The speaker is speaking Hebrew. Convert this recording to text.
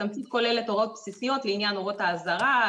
התמצית כוללת הוראות בסיסיות לעניין נורות האזהרה,